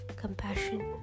compassion